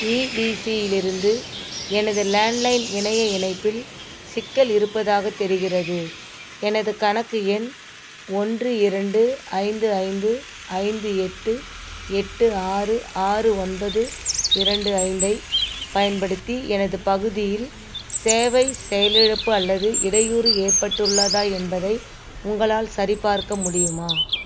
இடிசியிலிருந்து எனது landline இணைய இணைப்பில் சிக்கல் இருப்பதாகத் தெரிகிறது எனது கணக்கு எண் ஒன்று இரண்டு ஐந்து ஐந்து ஐந்து எட்டு எட்டு ஆறு ஆறு ஒன்பது இரண்டு ஐந்தைப் பயன்படுத்தி எனது பகுதியில் சேவை செயல் இழப்பு அல்லது இடையூறு ஏற்பட்டுள்ளதா என்பதை உங்களால் சரிப் பார்க்க முடியுமா